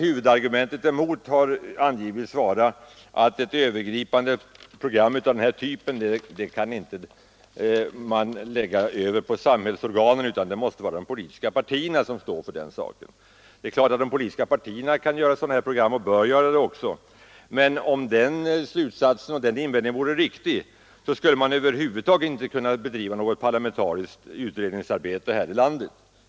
Huvudargumentet har angivits vara att utarbetandet av ett övergripande program av denna typ inte kan läggas över på samhällsorganen utan att detta måste vara en uppgift för de politiska partierna. Självfallet kan och bör de politiska partierna göra upp sådana program, men om denna invändning vore riktig, skulle man över huvud taget inte kunna bedriva något parlamentariskt utredningsarbete i vårt land.